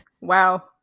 Wow